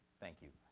thank you.